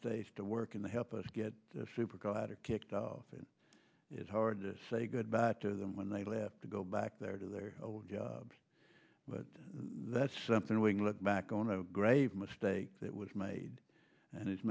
states to work in the help us get supercollider kicked off and it's hard to say goodbye to them when they left to go back there to their jobs but that's something we can look back on a grave mistake that was made and it's